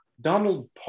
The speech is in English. donald